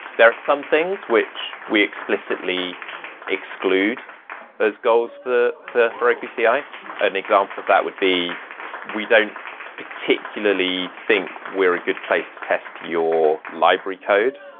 there are some things which we explicitly exclude as goals for for heroku ci. an example of that would be we don't particularly think we're a good place to test your library code.